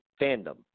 fandom